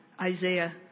Isaiah